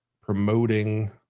promoting